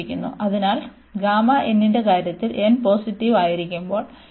അതിനാൽ ന്റെ കാര്യത്തിൽ n പോസിറ്റീവ് ആയിരിക്കുമ്പോൾ ഇത്